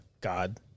God